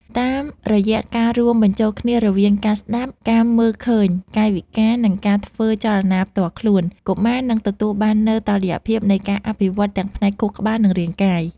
តាមរយៈការរួមបញ្ចូលគ្នារវាងការស្ដាប់ ការមើលឃើញកាយវិការ និងការធ្វើចលនាផ្ទាល់ខ្លួន កុមារនឹងទទួលបាននូវតុល្យភាពនៃការអភិវឌ្ឍទាំងផ្នែកខួរក្បាល និងរាងកាយ